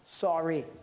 sorry